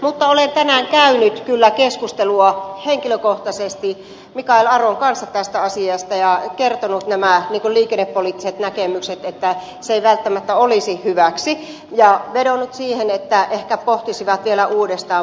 mutta olen tänään käynyt kyllä keskustelua henkilökohtaisesti mikael aron kanssa tästä asiasta ja kertonut liikennepoliittiset näkemykset että se ei välttämättä olisi hyväksi ja vedonnut siihen että he ehkä pohtisivat sitä vielä uudestaan